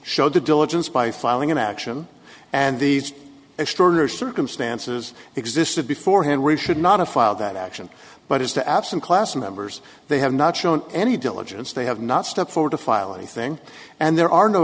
showed the diligence by filing an action and these extraordinary circumstances existed before him we should not a file that action but is the absent class members they have not shown any diligence they have not stepped forward to file a thing and there are no